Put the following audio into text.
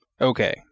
Okay